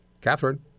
Catherine